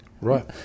Right